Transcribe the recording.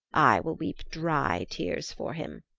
i will weep dry tears for him,